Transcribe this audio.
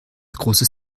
großes